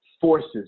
forces